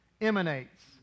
emanates